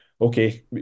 Okay